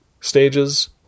stages